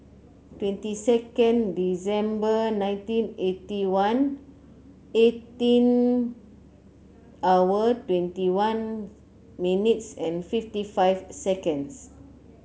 twenty second December nineteen eighty one eighteen hour twenty one minutes and fifty five seconds